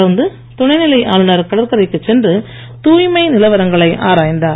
தொடர்ந்து துணைநிலை ஆளுநர் கடற்கரைக்கு சென்று தூய்மை நிலவரங்களை ஆராய்ந்தார்